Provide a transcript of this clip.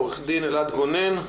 עורך הדין אלעד גונן,